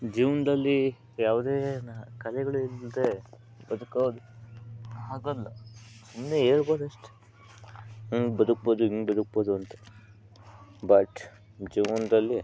ಜೀವನದಲ್ಲಿ ಯಾವುದೇ ನಾ ಕಲೆಗಳಿಲ್ಲದೆ ಬದುಕೋದು ಆಗೊಲ್ಲ ಸುಮ್ಮನೆ ಹೇಳ್ಬೋದಷ್ಟೆ ಹಂಗೆ ಬದುಕ್ಬೋದು ಹಿಂಗೆ ಬದುಕ್ಬೋದು ಅಂತ ಬಟ್ ಜೀವನದಲ್ಲಿ